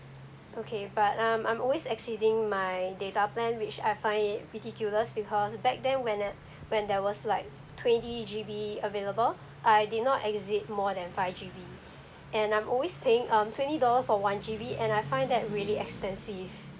okay but um I'm always exceeding my data plan which I find it ridiculous because back then when uh when there was like twenty G_B available I did not exit more than five G_B and I'm always paying um twenty dollar for one G_B and I find that really expensive